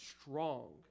strong